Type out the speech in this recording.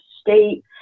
state